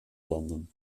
landen